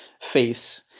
face